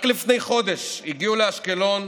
רק לפני חודש הגיעו לאשקלון